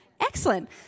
Excellent